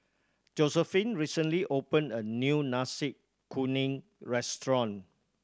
Josephine recently opened a new Nasi Kuning restaurant